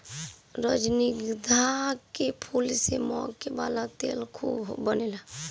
रजनीगंधा के फूल से महके वाला तेल खूब बनेला